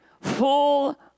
full